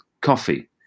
coffee